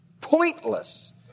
Pointless